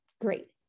Great